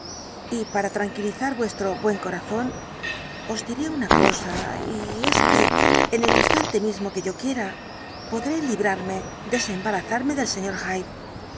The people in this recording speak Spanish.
y para tranquilizar vuestro buen corazón os diré una cosa y el dr jekyll estaba tranquilo es que en el instante mismo que yo quiera podré librarme desembarazarme del sr